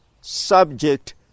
subject